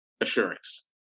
assurance